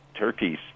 Turkey's